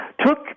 took